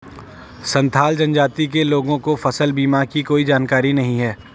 संथाल जनजाति के लोगों को फसल बीमा की कोई जानकारी नहीं है